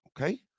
okay